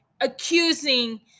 accusing